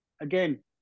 Again